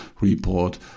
report